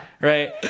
Right